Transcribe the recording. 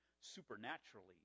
supernaturally